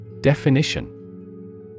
Definition